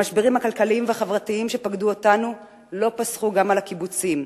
המשברים הכלכליים והחברתיים שפקדו אותנו לא פסחו גם על הקיבוצים,